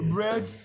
Bread